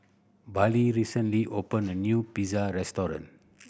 Bailee recently opened a new Pizza Restaurant